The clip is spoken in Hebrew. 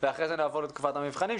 ואחרי זה נעבור לתקופת המבחנים,